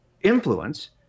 influence